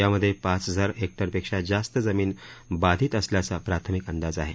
यामध्ये पाच हजार हेक्टरपेक्षा जास्त जमीन बाधित झाल्याचा प्राथमिक अंदाज आहे